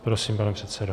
Prosím, pane předsedo.